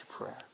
prayer